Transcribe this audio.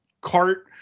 cart